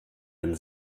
den